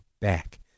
back